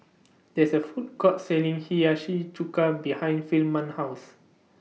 There IS A Food Court Selling Hiyashi Chuka behind Firman's House